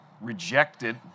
rejected